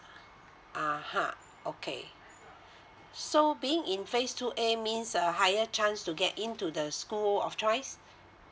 (uh huh) okay so being in phase two A means uh higher chance to get into the school of choice